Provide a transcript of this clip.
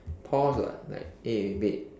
pause [what] like eh wait